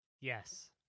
yes